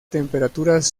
temperaturas